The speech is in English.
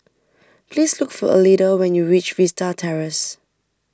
please look for Alida when you reach Vista Terrace